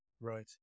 Right